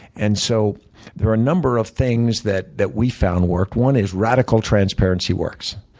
and so there are a number of things that that we found work. one is radical transparency works.